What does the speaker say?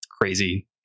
crazy